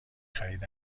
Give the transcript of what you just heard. خرید